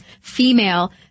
female